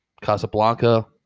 Casablanca